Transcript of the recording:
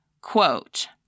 quote